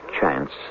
chance